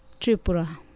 Tripura